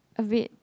a bit